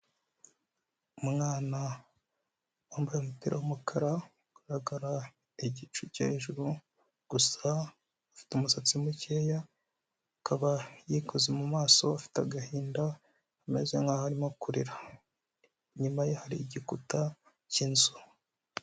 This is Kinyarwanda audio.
Umwana wambaye umupira w'umukara ugaragara igice cyo hejuru gusa afite umusatsi mukeya akaba yikoze mu mu maso afite agahinda ameze nkaho arimo kurira. Inyuma ye hari igikuta k'inzu.